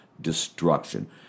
destruction